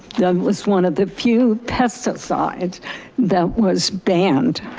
that was one of the few pesticides that was banned